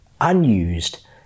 unused